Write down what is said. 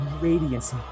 radiance